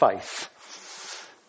faith